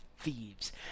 Thieves